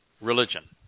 religion